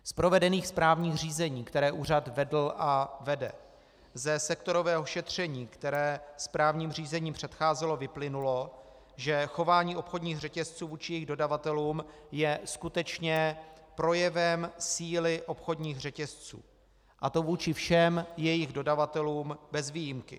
Z provedených správních řízení, která úřad vedl a vede, ze sektorového šetření, které správním řízením předcházelo, vyplynulo, že chování obchodních řetězců vůči jejich dodavatelům je skutečně projevem síly obchodních řetězců, a to vůči všem jejich dodavatelům bez výjimky.